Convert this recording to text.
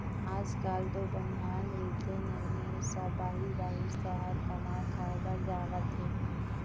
आज काल तो बनिहार मिलते नइए सब बाहिर बाहिर सहर कमाए खाए बर जावत हें